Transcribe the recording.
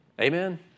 Amen